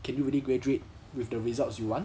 can you really graduate with the results you want